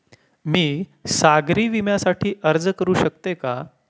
मी सागरी विम्यासाठी अर्ज करू शकते का?